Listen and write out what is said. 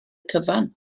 cyfan